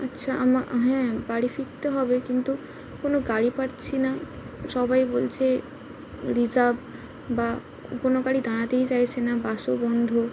আচ্ছা আমা হ্যাঁ বাড়ি ফিকতে হবে কিন্তু কোনো গাড়ি পাচ্ছি না সবাই বলছে রিজার্ভ বা কোনো গাড়ি দাঁড়াতেই চাইছে না বাসও বন্ধ